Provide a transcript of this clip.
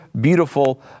beautiful